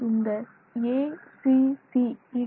இந்த acc 1